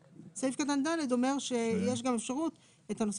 סעיף קטן (ד) אומר שיש גם אפשרות את הנושא